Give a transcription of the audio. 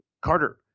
Carter